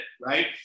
right